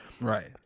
Right